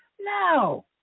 No